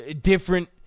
different